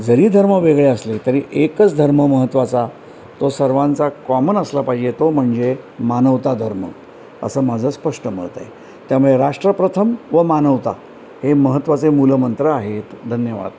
जरी धर्म वेगळे असले तरी एकच धर्म महत्त्वाचा तो सर्वांचा कॉमन असला पाहिजे तो म्हणजे मानवता धर्म असं माझं स्पष्ट मत आहे त्यामुळे राष्ट्रप्रथम व मानवता हे महत्त्वाचे मूलमंत्र आहेत धन्यवाद